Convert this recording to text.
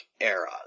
era